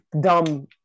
dumb